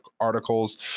articles